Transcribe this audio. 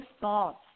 thoughts